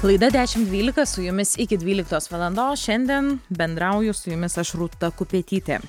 laida dešim dvylika su jumis iki dvyliktos valandos šiandien bendrauju su jumis aš rūta kupetytė